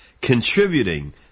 contributing